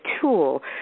tool